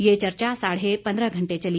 यह चर्चा साढ़े पंद्रह घंटे चली